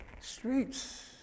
streets